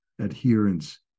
adherence